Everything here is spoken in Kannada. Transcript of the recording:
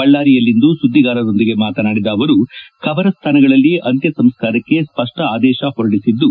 ಬಳ್ದಾರಿಯಲ್ಲಿಂದು ಸುದ್ಗಿಗಾರರೊಂದಿಗೆ ಮಾತನಾಡಿದ ಅವರು ಖಬರ ಸ್ಥಾನಗಳಲ್ಲಿ ಅಂತ್ಯ ಸಂಸ್ಥಾರಕ್ಷೆ ಸ್ಪಷ್ನ ಆದೇಶ ಹೊರಡಿಸಿದ್ದು